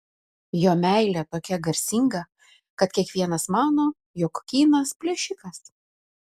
jo meilė tokia garsinga kad kiekvienas mano jog kynas plėšikas